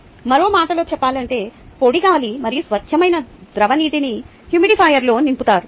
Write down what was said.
మరో మాటలో చెప్పాలంటే పొడి గాలి మరియు స్వచ్ఛమైన ద్రవ నీటిని హ్యూమిడిఫైయర్లో నింపుతారు